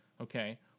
Okay